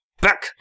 Back